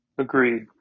Agreed